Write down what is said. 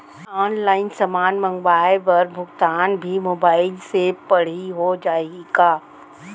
Online समान मंगवाय बर भुगतान भी मोबाइल से पड़ही हो जाही का?